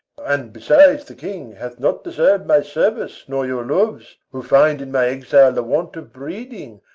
and, besides, the king hath not deserv'd my service nor your loves, who find in my exile the want of breeding,